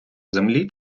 землі